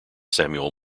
samuel